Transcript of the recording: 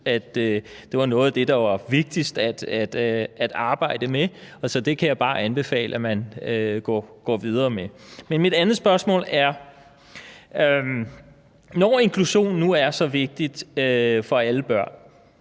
at det var noget af det, der var vigtigst at arbejde med, så det kan jeg bare anbefale at man går videre med. Men mit andet spørgsmål er: Når inklusion nu er så vigtigt for alle børn,